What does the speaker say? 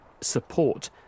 support